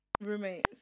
roommates